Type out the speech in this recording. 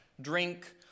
drink